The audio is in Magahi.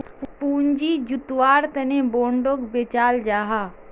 पूँजी जुत्वार तने बोंडोक बेचाल जाहा